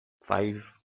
five